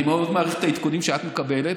אני מאוד מעריך את העדכונים שאת מקבלת,